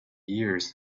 years